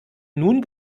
nun